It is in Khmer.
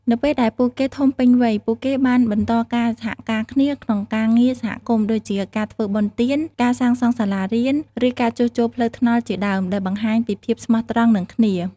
នៅពេលដែលពួកគេធំពេញវ័យ ពួកគេបានបន្តការសហការគ្នាក្នុងការងារសហគមន៍ដូចជាការធ្វើបុណ្យទាន ការសាងសង់សាលារៀន ឬការជួសជុលផ្លូវថ្នល់ជាដើម ដែលបង្ហាញពីភាពស្មោះត្រង់នឹងគ្នា។